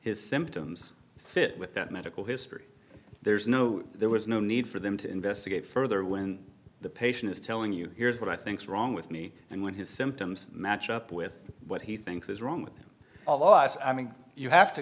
his symptoms fit with that medical history there's no there was no need for them to investigate further when the patient is telling you here's what i think's wrong with me and when his symptoms match up with what he thinks is wrong with him all of us i mean you have to